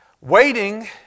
Waiting